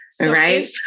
Right